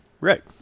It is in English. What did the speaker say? Right